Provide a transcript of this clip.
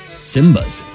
Simba's